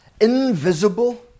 invisible